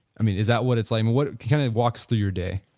i mean is that what it's like, what kind of walks through your day?